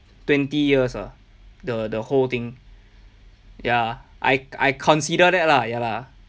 twenty years ah the the whole thing ya I I consider that lah ya lah